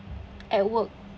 at work